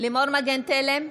לימור מגן תלם,